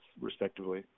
respectively